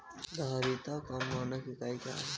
धारिता का मानक इकाई क्या है?